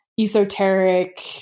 esoteric